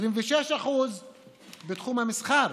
26% בתחום המסחר,